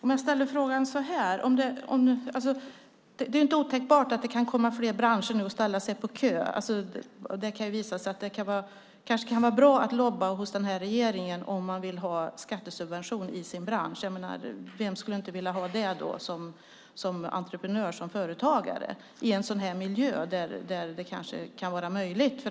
Fru talman! Det är inte otänkbart att det kan komma fler branscher och ställa sig på kö. Det kan kanske visa sig vara bra att lobba hos regeringen om man vill ha skattesubvention i sin bransch. Vem vill inte ha det som entreprenör och företagare i en miljö där det är möjligt?